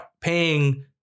paying